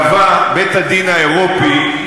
קבע בית-הדין האירופי,